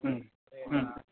হুম হুম